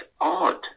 odd